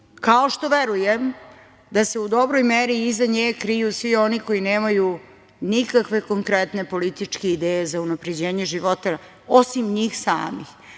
kao što verujem da se u dobroj meri iza nje kriju svi oni koji nemaju nikakve konkretne političke ideje za unapređenje života, osim njih samih.